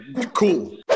cool